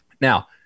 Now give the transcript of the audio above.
Now